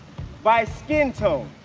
by skin tone,